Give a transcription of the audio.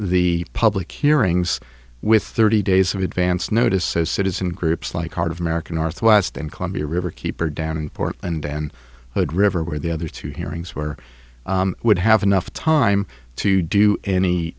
the public hearings with thirty days of advance notice says citizen groups like heart of america northwest and columbia river keeper down in portland and hood river where the other two hearings were would have enough time to do any